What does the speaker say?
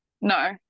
No